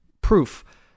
proof